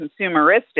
consumeristic